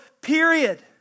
period